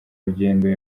rugendo